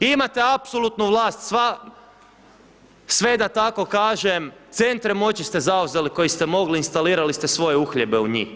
Imate apsolutnu vlast, sve da tako kažem, centre moći ste zauzeli koji ste mogli, instalirali ste svoje uhljebe u njih.